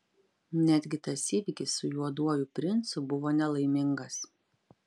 netgi tas įvykis su juoduoju princu buvo nelaimingas